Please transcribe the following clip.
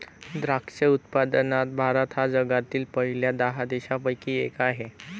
द्राक्ष उत्पादनात भारत हा जगातील पहिल्या दहा देशांपैकी एक आहे